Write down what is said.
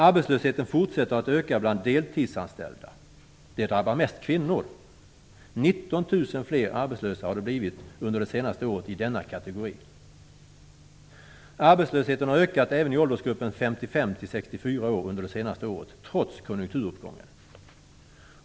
Arbetslösheten fortsätter att öka bland de deltidsanställda. Det drabbar mest kvinnor. Det har blivit Arbetslösheten har ökat även i åldersgruppen 55 64 år under det senaste året, trots konjunkturuppgången.